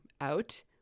out